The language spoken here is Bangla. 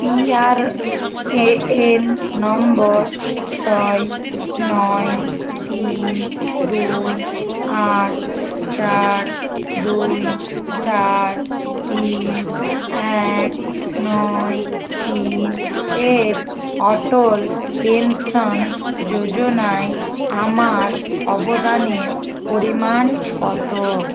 পিআরএএন নম্বর ছয় নয় তিন দুই আট চার দুই চার তিন এক নয় তিন এর অটল পেনশন যোজনায় আমার অবদানের পরিমাণ কত